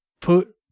put